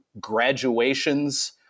graduations